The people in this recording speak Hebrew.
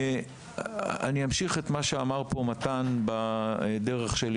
אני אמשיך בדרך שלי,